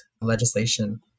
legislation